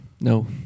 no